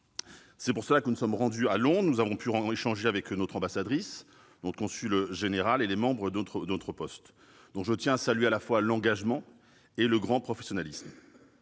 raison pour laquelle nous nous sommes rendus à Londres. Nous avons pu échanger avec notre ambassadrice, le consul général et des membres de notre poste, dont je tiens à saluer à la fois l'engagement et le grand professionnalisme.